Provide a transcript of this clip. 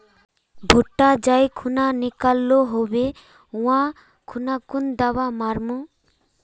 भुट्टा जाई खुना निकलो होबे वा खुना कुन दावा मार्मु?